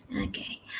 Okay